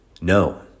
no